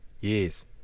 yes